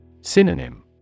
Synonym